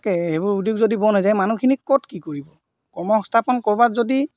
তাকে সেইবোৰ উদ্যোগ যদি বন্ধ হৈ যায় মানুহখিনি ক'ত কি কৰিব কৰ্ম সংস্থাপন ক'ৰবাত যদি